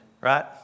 right